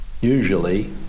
usually